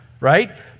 right